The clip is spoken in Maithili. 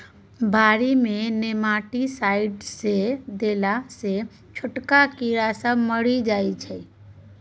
बारी मे नेमाटीसाइडस देला सँ छोटका कीड़ा सब मरि जाइ छै